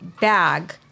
bag